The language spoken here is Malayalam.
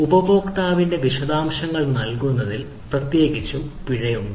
ഉപഭോക്താവിന്റെ വിശദാംശങ്ങൾ നൽകുന്നതിൽ പ്രത്യേകിച്ചും പിഴ ഉണ്ട്